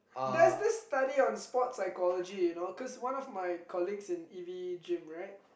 there's this study on sport psychology you know cause one of my colleagues in E_V gym right